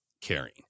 caring